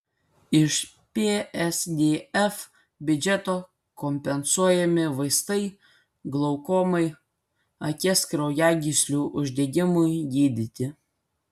iš psdf biudžeto kompensuojami vaistai glaukomai akies kraujagyslių uždegimui gydyti